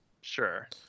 Sure